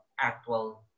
actual